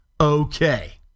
Okay